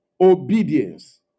Obedience